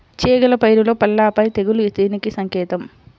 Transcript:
చేగల పైరులో పల్లాపై తెగులు దేనికి సంకేతం?